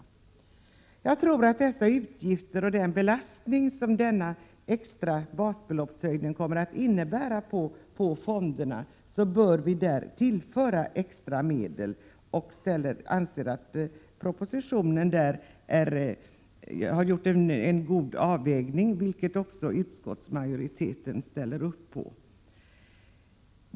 Med anledning av de utgifter och den belastning som den extra basbeloppshöjningen kommer att innebära för fonderna bör extra medel tillföras. Jag anser att regeringen i propositionen har gjort en god avvägning, och det anser också utskottsmajoriteten.